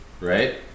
right